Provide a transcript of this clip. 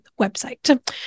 website